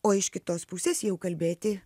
o iš kitos pusės jau kalbėti